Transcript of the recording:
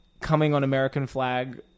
coming-on-American-flag